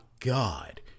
God